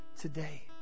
today